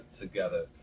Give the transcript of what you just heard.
together